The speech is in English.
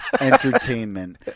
entertainment